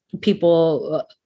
people